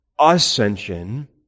ascension